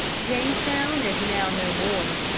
jamestown is now no more.